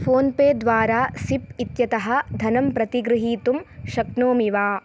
PhonePe द्वारा SIP इत्यतः धनं प्रतिगृहीतुं शक्नोमि वा